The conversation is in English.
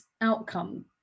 outcome